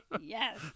Yes